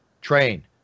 Train